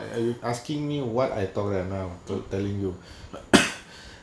I will asking me what I told them output telling you